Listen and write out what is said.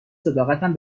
صداقتم